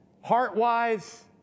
heart-wise